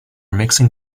mixing